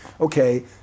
okay